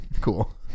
cool